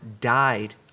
died